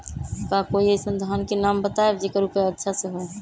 का कोई अइसन धान के नाम बताएब जेकर उपज अच्छा से होय?